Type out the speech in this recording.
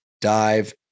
dive